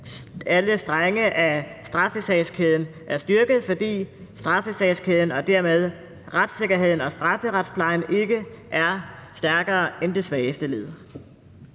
alle led i straffesagskæden bliver styrket, fordi straffesagskæden og dermed retssikkerheden og strafferetsplejen ikke er stærkere end det svageste led.